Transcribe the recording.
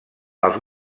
els